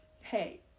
hey